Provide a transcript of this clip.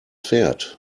pferd